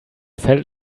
felt